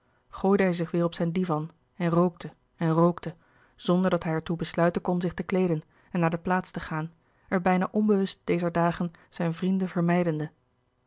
hij zich weêr op zijn divan en rookte en rookte zonder dat hij er toe besluiten kon zich te kleeden en naar de plaats te gaan er bijna onbewust dezer dagen zijn vrienden vermijdende